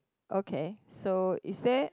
okay so is there